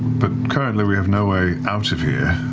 but currently we have no way out of here.